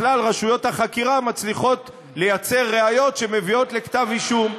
בכלל רשויות החקירה מצליחות לייצר ראיות שמביאות לכתב אישום.